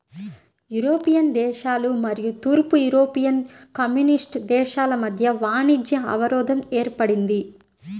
European దేశాలు మరియు తూర్పు యూరోపియన్ కమ్యూనిస్ట్ దేశాల మధ్య వాణిజ్య అవరోధం ఏర్పడింది